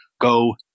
Go